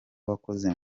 wakoze